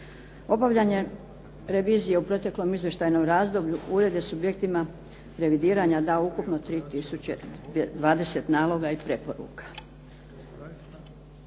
Obavljanje revizije u proteklom izvještajnom razdoblju ured je subjektima revidiranja dao ukupno 3020 naloga i preporuka.